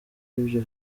y’ibyo